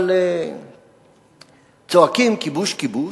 אבל צועקים "כיבוש, כיבוש",